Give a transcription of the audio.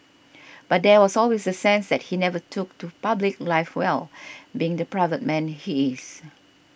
but there was always the sense that he never took to public life well being the private man he is